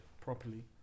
properly